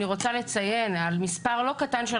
אני רוצה לציין על מספר לא קטן של